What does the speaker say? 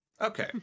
Okay